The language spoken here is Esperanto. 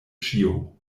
ĉio